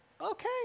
okay